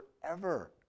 forever